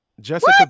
Jessica